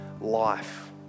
life